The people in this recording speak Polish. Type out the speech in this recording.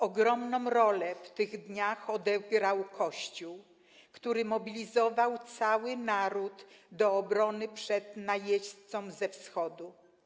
Ogromną rolę w tych dniach odegrał Kościół, który mobilizował cały naród do obrony przed najeźdźcą ze Wschodu.